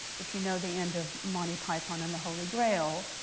if you know the end of monty python and the holy grail.